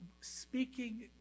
speaking